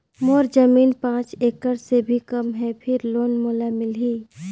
मोर जमीन पांच एकड़ से भी कम है फिर लोन मोला मिलही?